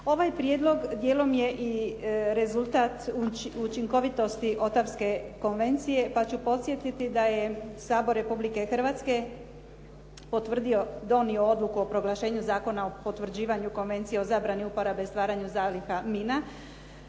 Ovaj prijedlog dijelom je rezultat učinkovitosti Ottawske konvencije, pa ću podsjetiti da je Sabor Republike Hrvatske, potvrdio donio odluku o proglašenju Zakona o potvrđivanju Konvencije o zabrani uporabe i stvaranju zaliha mina,